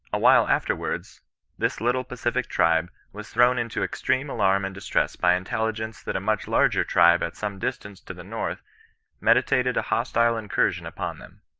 a while afterwards this little pa cific tribe was thrown into extreme alarm and distress by intelligence that a much larger tribe at some distance to the north meditated a hostile incursion upon them.